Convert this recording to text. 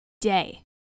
day